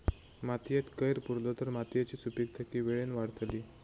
मातयेत कैर पुरलो तर मातयेची सुपीकता की वेळेन वाडतली?